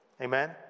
Amen